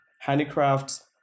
handicrafts